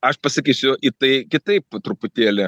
aš pasakysiu į tai kitaip po truputėlį